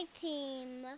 team